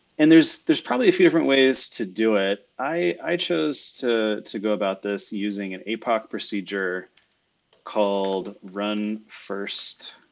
and there's there's probably a few different ways to do it. i chose to to go about this using an apoc procedure called run first